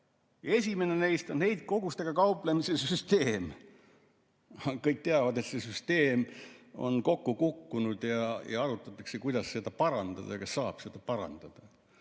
Esimene neist on heitkogustega kauplemise süsteem. Aga kõik teavad, et see süsteem on kokku kukkunud, arutatakse, kuidas seda parandada ja kas saab seda parandada.